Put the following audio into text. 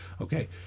Okay